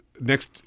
next